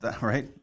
right